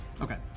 Okay